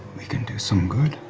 we can do some good,